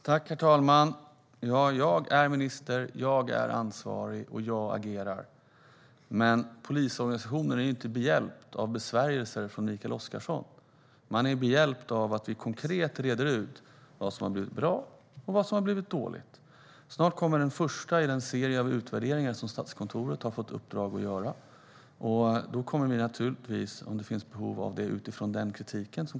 Herr talman! Ja, jag är minister. Jag är ansvarig. Och jag agerar. Men polisorganisationen är inte behjälpt av besvärjelser från Mikael Oscarsson. Man är behjälpt av att vi konkret reder ut vad som har blivit bra och vad som har blivit dåligt. Snart kommer den första i den serie av utvärderingar som Statskontoret har fått i uppdrag att göra. Om det finns behov av det kommer vi naturligtvis att vidta åtgärder utifrån den kritiken.